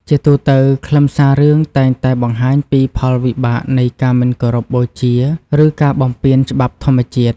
ជាទូទៅ ខ្លឹមសាររឿងតែងតែបង្ហាញពីផលវិបាកនៃការមិនគោរពបូជាឬការបំពានច្បាប់ធម្មជាតិ។